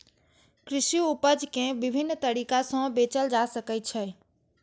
कृषि उपज कें विभिन्न तरीका सं बेचल जा सकै छै